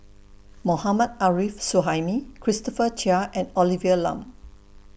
Mohammad Arif Suhaimi Christopher Chia and Olivia Lum